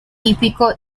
tipico